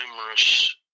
numerous